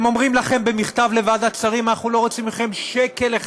הם אומרים לכם במכתב לוועדת שרים: אנחנו לא רוצים מכם שקל אחד.